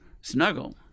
snuggle